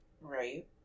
Right